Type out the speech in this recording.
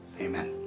Amen